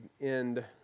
end